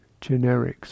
generics